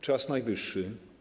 Czas najwyższy.